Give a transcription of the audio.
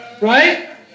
right